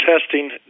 testing